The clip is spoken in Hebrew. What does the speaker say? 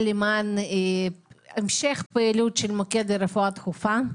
למען המשך פעילות של מוקד רפואה דחופה.